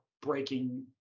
breaking